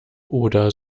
oder